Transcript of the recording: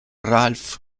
ralph